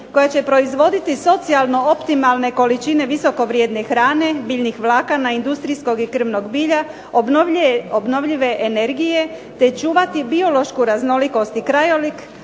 koje će proizvoditi socijalno optimalne količine visoko vrijedne hrane, biljnih vlakana, industrijskog i krmnog bilja, obnovljive energije, te čuvati biološku raznolikost i krajolik